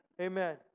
Amen